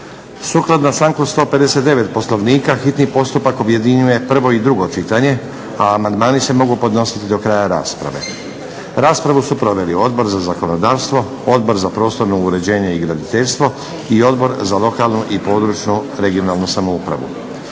Sukladno članku 159. Poslovnika hitni postupak objedinjuje prvo i drugo čitanje. Amandmani se mogu podnositi do kraja rasprave. Raspravu su proveli Odbor za zakonodavstvo, Odbor za prostorno uređenje i graditeljstvo i Odbor za lokalnu i područnu (regionalnu) samoupravu.